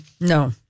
No